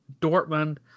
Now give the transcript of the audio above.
Dortmund